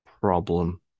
problem